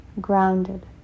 grounded